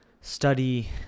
study